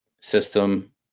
system